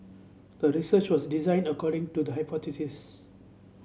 the research was designed according to the hypothesis